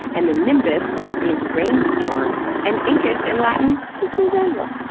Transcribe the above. and the nimbus means rain storm, and incus in latin just means anvil.